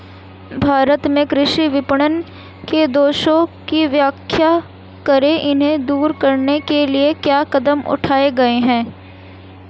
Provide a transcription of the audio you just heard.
भारत में कृषि विपणन के दोषों की व्याख्या करें इन्हें दूर करने के लिए क्या कदम उठाए गए हैं?